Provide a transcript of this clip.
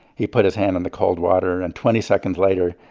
he put his hand on the cold water, and twenty seconds later,